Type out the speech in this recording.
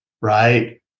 right